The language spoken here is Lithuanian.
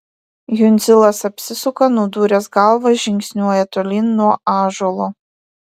jundzilas apsisuka nudūręs galvą žingsniuoja tolyn nuo ąžuolo